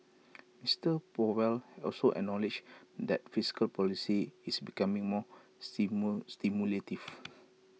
Mister powell also acknowledged that fiscal policy is becoming more stimulative